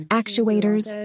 actuators